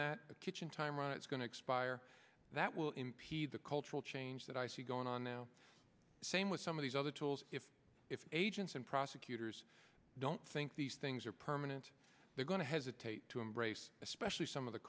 that kitchen timer that's going to expire that will impede the cultural change that i see going on now same with some of these other tools if if agents and prosecutors don't think these things are permanent they're going to hesitate to embrace especially some of the